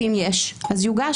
ואם יש, אז יוגש.